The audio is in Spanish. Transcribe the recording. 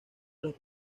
los